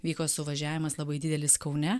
vyko suvažiavimas labai didelis kaune